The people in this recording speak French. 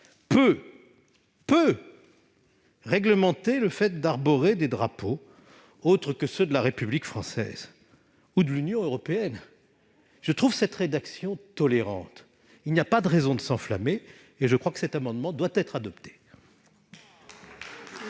de « réglementer le fait d'arborer des drapeaux, autres que ceux de la République française ou de l'Union européenne ». Je trouve la rédaction de l'amendement tolérante. Il n'y a donc pas de raison de s'enflammer et je crois que cet amendement doit être adopté.